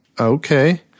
Okay